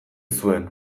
zuen